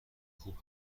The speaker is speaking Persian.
خوب